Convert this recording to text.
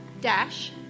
Dash